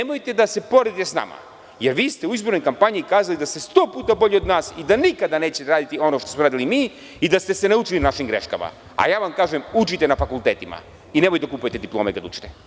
Nemojte da se poredite sa nama jer vi ste u izbornoj kampanji kazali da ste 100 puta bolji od nas i da nikada nećete raditi ono što smo radili mi i da ste se naučili na našim greškama, a ja vam kažem – učite na fakultetima i nemojte da kupujete diplome kada učite.